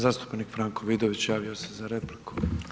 Zastupnik Franko Vidović javio se za repliku.